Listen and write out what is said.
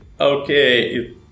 Okay